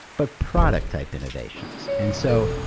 but product-type innovations. and so,